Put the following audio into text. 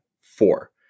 four